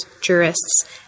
Jurists